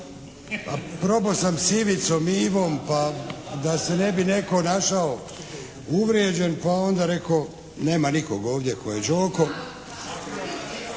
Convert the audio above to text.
Prob'o sam s Ivicom, Ivom, pa da se ne bi netko našao uvrijeđen, pa onda rek'o, nema nikog ovdje tko je Đoko…